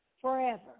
forever